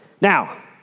Now